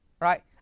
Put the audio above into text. Right